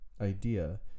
idea